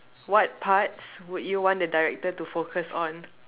what parts would you want the director to focus on